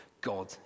God